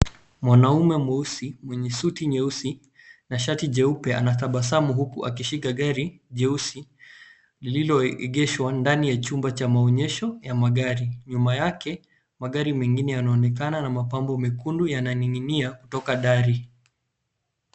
Mwanaume mweusi mwenye suti nyeusi na shati jeupe anatabasamu huku akishika gari jeusi lililoegeshwa ndani ya chumba cha maonyesho ya magari. Nyuma yake magari mengine yanaonekana na mapambo mekundu yananing'inia kutoka dari.